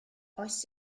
oes